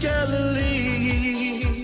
Galilee